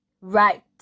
Right